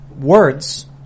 words